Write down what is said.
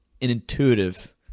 intuitive